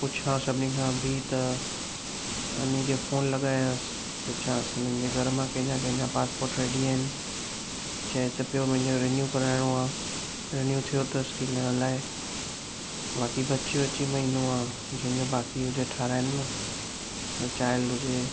पुछां सभिनी खां बि त हुनखे फ़ोन लॻायांसि पुछांसि हिननि जे घर मां कंहिंजा कंहिंजा पासपोट रेडी आहिनि चवे त पियो मुंहिंजो रिन्यू कराइणो आहे रिन्यू थियो अथसि कि न अलाए बाक़ी बचियो अची महीनो आहे जंहिंजो बाक़ी हुजे ठाहिराइनि न चाईल्ड हुजे